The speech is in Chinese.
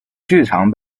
剧场